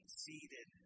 seated